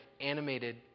animated